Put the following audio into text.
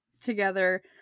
together